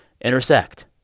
intersect